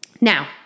Now